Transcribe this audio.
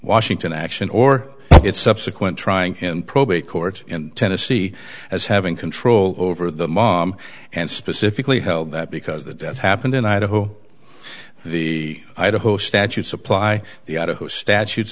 washington action or its subsequent trying in probate court in tennessee as having control over the mom and specifically held that because the death happened in idaho the idaho statutes apply the idaho statutes